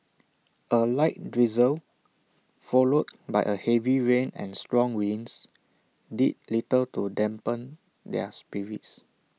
A light drizzle followed by A heavy rain and strong winds did little to dampen their spirits